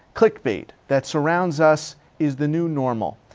clickbait that surrounds us is the new normal,